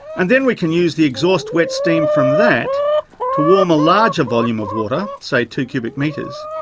and then we can use the exhaust wet steam from that to warm a larger volume of water, say two cubic metres,